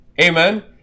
Amen